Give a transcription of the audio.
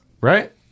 right